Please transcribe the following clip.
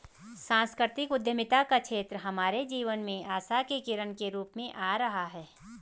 सांस्कृतिक उद्यमिता का क्षेत्र हमारे जीवन में आशा की किरण के रूप में आ रहा है